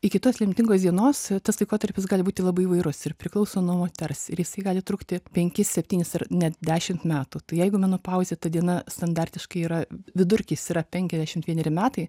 iki tos lemtingos dienos tas laikotarpis gali būti labai įvairus ir priklauso nuo moters ir jisai gali trukti penkis septynis net dešimt metų tai jeigu menopauzė ta diena standartiškai yra vidurkis yra penkiasdešim vieneri metai